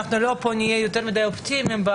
דת יהודיים): כדי שלא נהיה יותר מדי אופטימיים פה,